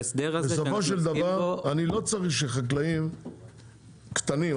אני לא צריך שחקלאים קטנים,